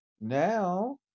Now